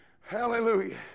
Hallelujah